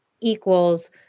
equals